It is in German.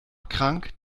krank